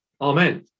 Amen